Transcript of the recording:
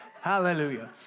Hallelujah